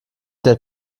der